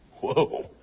Whoa